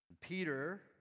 Peter